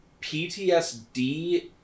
ptsd